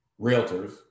realtors